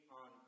on